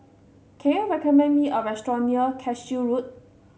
can you recommend me a restaurant near Cashew Road